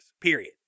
period